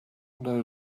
know